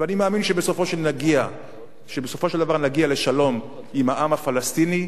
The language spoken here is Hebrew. ואני מאמין שבסופו של דבר נגיע לשלום עם העם הפלסטיני,